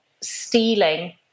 stealing